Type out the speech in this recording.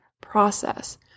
process